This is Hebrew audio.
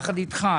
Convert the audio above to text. יחד איתך,